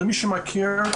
למי שמכיר,